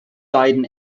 beiden